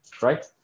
right